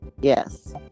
Yes